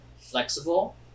flexible